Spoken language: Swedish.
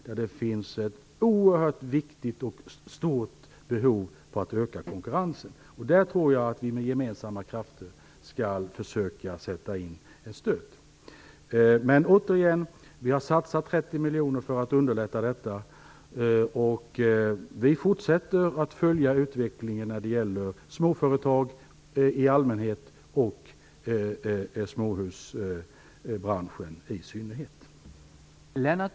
Där finns det ett oerhört viktigt och stort behov av att öka konkurrensen. Där tror jag att vi med gemensamma krafter skall försöka sätta in en stöt. Låt mig återigen säga att vi har satsat 30 miljoner kronor för att underlätta detta. Vi fortsätter att följa utvecklingen när det gäller småföretagen i allmänhet och småhusbranschen i synnerhet.